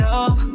up